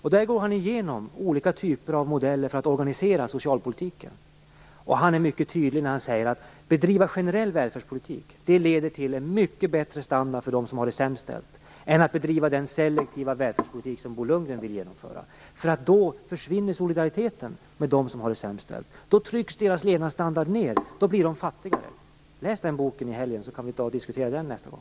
I boken går han igenom olika typer av modeller för att organisera socialpolitiken. Han är mycket tydlig när han utalar sig - att bedriva generell välfärdspolitik leder till en mycket bättre standard för dem som har det sämst ställt än att bedriva den selektiva välfärdspolitik som Bo Lundgren vill genomföra. Då försvinner ju solidariteten med dem som har det sämst ställt. Deras levnadsstandard trycks då ned, och de blir fattigare. Läs nämnda bok i helgen, så kan vi diskutera den nästa gång!